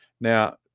Now